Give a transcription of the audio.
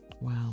wow